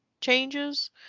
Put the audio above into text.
changes